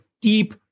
deep